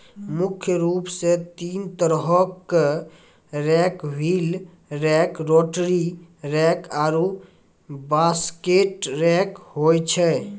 मुख्य रूप सें तीन तरहो क rake wheel rake, rotary rake आरु बास्केट रेक होय छै